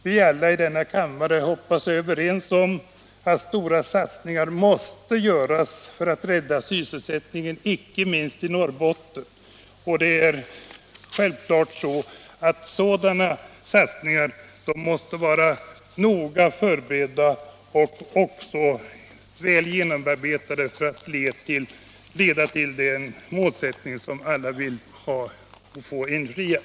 Vi är alla i denna kammare, hoppas jag, överens om att stora satsningar måste göras för att rädda sysselsättningen, inte minst i Norrbotten, men sådana satsningar måste självfallet vara noga förberedda och väl genomarbetade, om den målsättning skall uppnås som alla vill ha infriad.